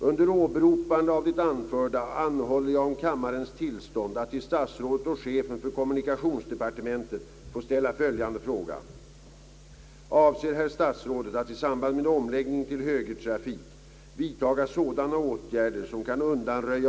Under åberopande av det anförda anhåller jag om kammarens tillstånd att till statsrådet och chefen för kommunikationsdepartementet få ställa följande fråga: